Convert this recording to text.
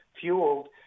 fueled